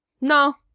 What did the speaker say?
no